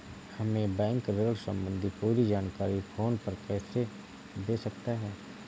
हमें बैंक ऋण संबंधी पूरी जानकारी फोन पर कैसे दे सकता है?